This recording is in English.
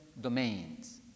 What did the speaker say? domains